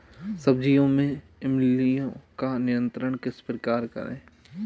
सब्जियों में इल्लियो का नियंत्रण किस प्रकार करें?